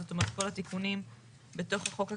זאת אומרת, כל התיקונים בתוך החוק הקיים.